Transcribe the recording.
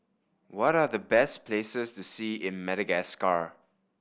what are the best places to see in Madagascar